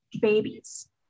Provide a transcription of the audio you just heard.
babies